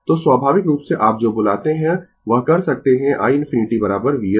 तो स्वाभाविक रूप से आप जो बुलाते है वह कर सकते है iinfinity Vs R